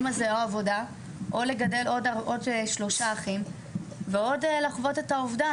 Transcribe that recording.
אמא זה או עבודה או לגדל עוד שלושה אחים ועוד לחוות את האובדן,